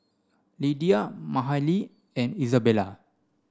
Lidia Mahalie and Izabella